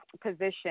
position